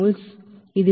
ఇది ప్రాథమికంగా 4